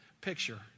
picture